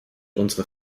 unsere